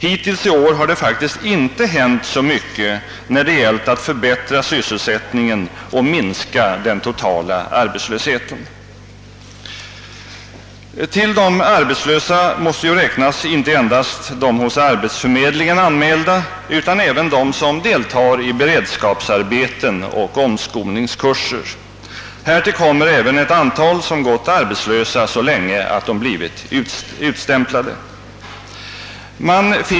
Hittills i år har det faktiskt inte hänt så mycket som kunnat förbättra sysselsättningen och minska den totala arbetslösheten. Till de arbetslösa måste räknas inte endast de hos arbetsförmedlingen anmälda utan även de som deltar i beredskapsarbeten och omskolningskurser. Härtill kommer även ett antal som gått arbetslösa så länge att de blivit utstämplade.